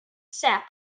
sap